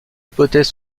hypothèse